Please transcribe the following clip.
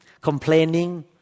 complaining